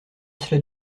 cela